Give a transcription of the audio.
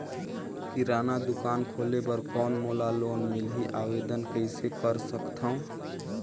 किराना दुकान खोले बर कौन मोला लोन मिलही? आवेदन कइसे कर सकथव?